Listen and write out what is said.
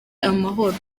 amahoro